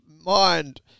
mind